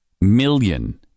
million